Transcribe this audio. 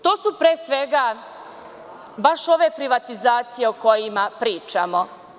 To su, pre svega, baš ove privatizacije o kojima pričamo.